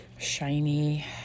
shiny